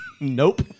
Nope